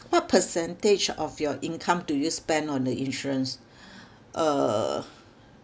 what percentage of your income do you spend on the insurance uh